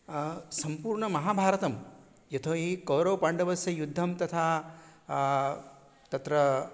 सम्पूर्णमहाभारतं यतोहि कौरवपाण्डवस्य युद्धं तथा तत्र